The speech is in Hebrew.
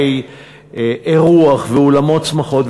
ובתי-אירוח ואולמות שמחות,